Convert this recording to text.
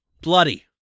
Bloody